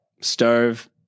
Stove